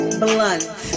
blunt